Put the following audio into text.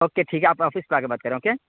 okay ٹھیک ہے آپ آفس پہ آ کے بات کریں اوکے